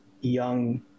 young